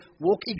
walk